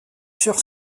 sur